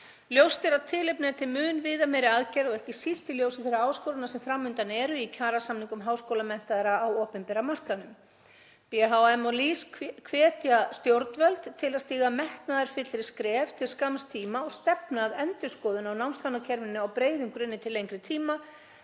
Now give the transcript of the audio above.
Ljóst er að tilefni er til mun viðameiri aðgerða og ekki síst í ljósi þeirra áskorana sem framundan eru í kjarasamningum háskólamenntaðra á opinbera markaðnum. BHM og LÍS hvetja stjórnvöld til að stíga metnaðarfyllri skref til skamms tíma og stefna að endurskoðun á námslánakerfinu á breiðum grunni til lengri tíma.